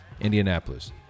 Indianapolis